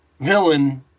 villain